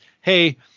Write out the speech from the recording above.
hey